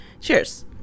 Cheers